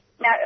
Now